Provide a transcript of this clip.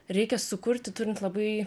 reikia sukurti turint labai